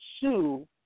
sue